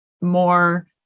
more